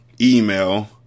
email